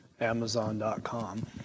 amazon.com